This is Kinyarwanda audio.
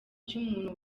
cy’umuntu